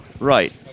Right